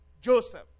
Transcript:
Joseph